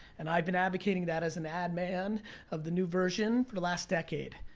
and i've been advocating that as an adman of the new version for the last decade.